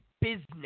business